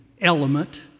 element